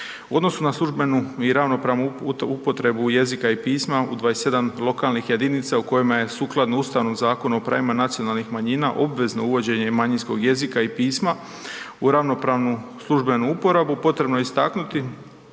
U odnosu na službenu i ravnopravnu upotrebu jezika i pisma, u 27 lokalnih jedinica u kojima je sukladno Ustavnom zakonu o pravima nacionalnih manjina obvezno uvođenje manjinskog jezika i pisma u ravnopravnu službenu uporabu, potrebno je istaknuti